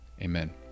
amen